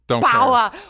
power